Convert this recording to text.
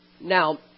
Now